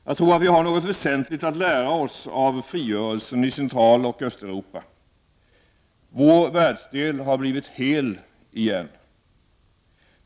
Jag tror att vi har något väsentligt att lära oss av frigörelsen i Centraloch Östeuropa. Vår världsdel har blivit hel igen.